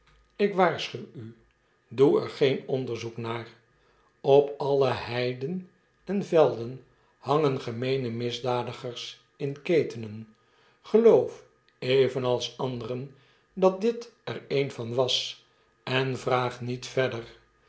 ik waarschuw u doe er geen onderzoek naar op alle heiden en velden hangen gemeene misdadigers in ketenen geloof evenals anderen dat dit er een van was en vraag niet verder